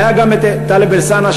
היה גם טלב אלסאנע,